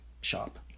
shop